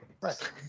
Right